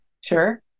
Sure